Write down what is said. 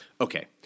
Okay